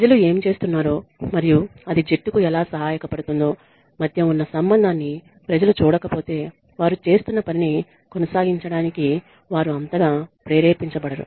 ప్రజలు ఏమి చేస్తున్నారో మరియు అది జట్టుకు ఎలా సహాయపడుతుందో మధ్య ఉన్న సంబంధాన్ని ప్రజలు చూడకపోతే వారు చేస్తున్న పనిని కొనసాగించడానికి వారు అంతగా ప్రేరేపించబడరు